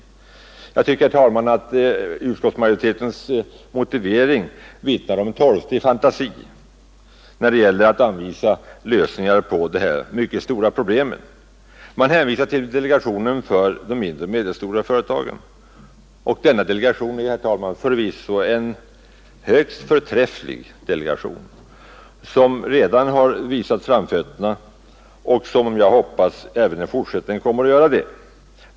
Jag tycker, herr talman, att majoritetens motivering vittnar om torftig fantasi när det gäller att anvisa lösningar på dessa stora problem. Utskottet hänvisar bara till delegationen för de mindre och medelstora företagen — som förvisso är en högst förträfflig delegation; den har redan visat framfötterna, och jag hoppas att den kommer att göra det även i fortsättningen.